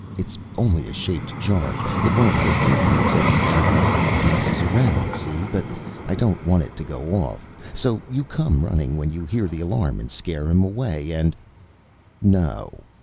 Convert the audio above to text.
it's only a shaped charge. it won't hurt anything except anybody who messes around, see? but i don't want it to go off. so you come running when you hear the alarm and scare him away and no!